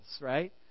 right